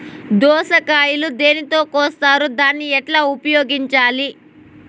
దోస కాయలు దేనితో కోస్తారు దాన్ని ఎట్లా ఉపయోగించాలి?